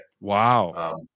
Wow